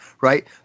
right